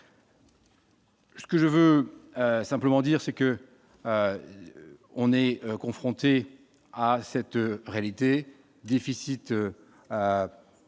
Ce que je veux simplement dire c'est que on est confronté à cette réalité, déficit du nombre